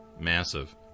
Massive